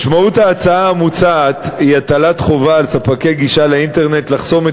משמעות ההצעה המוצעת היא הטלת חובה על ספקי גישה לאינטרנט לחסום את